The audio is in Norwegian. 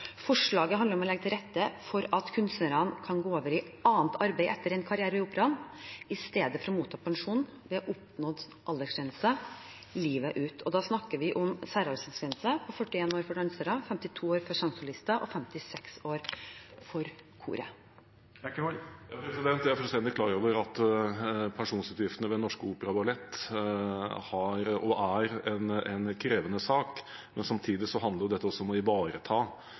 Forslaget handler om å legge til rette for at kunstnerne kan gå over i annet arbeid etter en karriere i Operaen, i stedet for å motta pensjon livet ut ved oppnådd aldersgrense. Vi snakker om særaldersgrense på 41 år for dansere, 52 år for sangsolister og 56 år for korsangere. Jeg er fullstendig klar over at pensjonsutgiftene ved Den Norske Opera & Ballett har vært og er en krevende sak. Men samtidig handler dette også om å ivareta